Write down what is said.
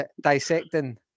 dissecting